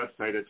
website